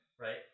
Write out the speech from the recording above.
right